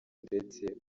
ndetse